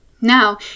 Now